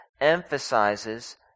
emphasizes